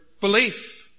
belief